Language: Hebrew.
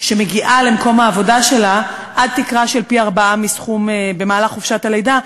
שמגיעה למקום העבודה שלה במהלך חופשת הלידה,